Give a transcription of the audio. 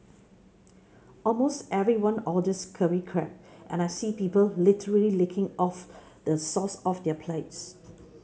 almost everyone orders curry crab and I see people literally licking of the sauce off their plates